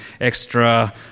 extra